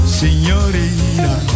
signorina